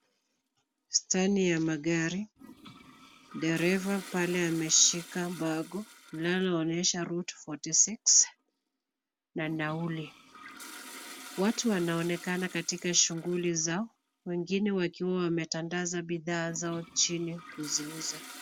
Steni ya magari. Dreva pale ameshika bango linalo onyesha route 46 na nauli. Watu wanaonekana katika shughuli zao wengine wakiwa wametandaza bidhaa zao chini kuziuza.